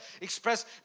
express